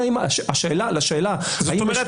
זאת אומרת,